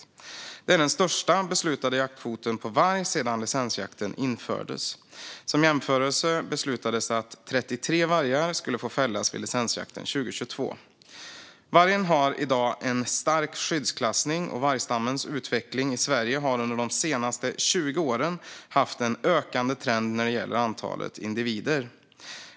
Detta är den största beslutade jaktkvoten på varg sedan licensjakten infördes. Som jämförelse beslutades det att 33 vargar skulle få fällas vid licensjakten 2022. Vargen har i dag en stark skyddsklassning, och vargstammens utveckling i Sverige har under de senaste 20 åren haft en ökande trend när det gäller antalet individer.